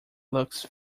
looks